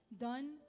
done